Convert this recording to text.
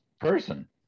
person